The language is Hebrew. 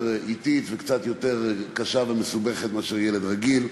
אטית וקצת יותר קשה ומסובכת מאשר של ילד רגיל.